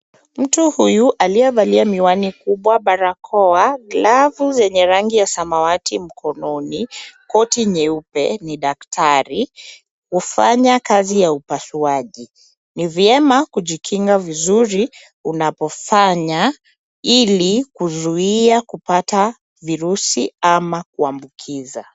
Mtu huyu aliyevalia miwani kubwa, barakoa, glavu zenye rangi ya samawati mkononi, koti nyeupe ni daktari. Hufanya kazi ya upasuaji. Ni vyema kujikinga vizuri unapofanya ili kuzuia kupata virusi ama kuambukiza.